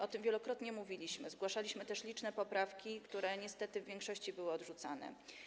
O tym wielokrotnie mówiliśmy, zgłaszaliśmy też liczne poprawki, które niestety w większości były odrzucane.